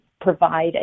provide